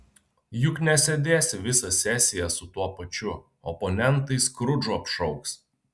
juk nesėdėsi visą sesiją su tuo pačiu oponentai skrudžu apšauks